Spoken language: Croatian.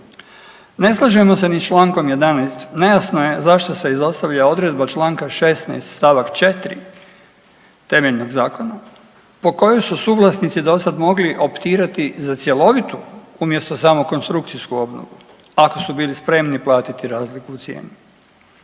Ne slažemo se ni s čl. 11., nejasno je zašto se izostavlja odredba čl. 16. st. 4. temeljnog zakona po kojoj su suvlasnici mogli dosad optirati za cjelovitu umjesto samo konstrukcijsku obnovu ako su bili spremni platiti razliku u cijeni,